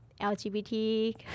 LGBT